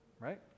right